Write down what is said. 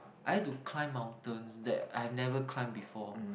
I like to climb mountains that I've never climb before